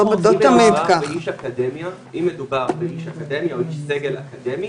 אם מדובר באיש אקדמיה או איש סגל אקדמי,